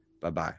Bye-bye